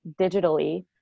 digitally